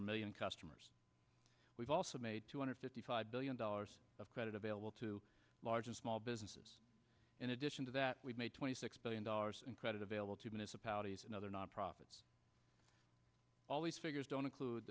a million customers we've also made two hundred fifty five billion dollars of credit available to large and small businesses in addition to that we've made twenty six billion dollars in credit available to minister patti's and other nonprofits all these figures don't include